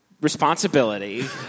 responsibility